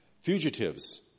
fugitives